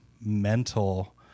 mental